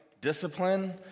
discipline